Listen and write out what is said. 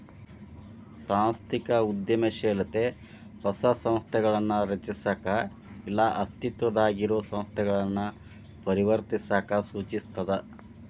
ಸಾಂಸ್ಥಿಕ ಉದ್ಯಮಶೇಲತೆ ಹೊಸ ಸಂಸ್ಥೆಗಳನ್ನ ರಚಿಸಕ ಇಲ್ಲಾ ಅಸ್ತಿತ್ವದಾಗಿರೊ ಸಂಸ್ಥೆಗಳನ್ನ ಪರಿವರ್ತಿಸಕ ಸೂಚಿಸ್ತದ